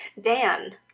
Dan